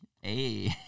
hey